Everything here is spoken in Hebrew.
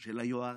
של היוהרה,